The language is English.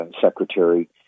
Secretary